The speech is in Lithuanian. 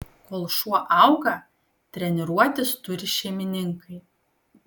kol šuo auga treniruotis turi šeimininkai